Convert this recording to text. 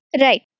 Right